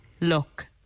look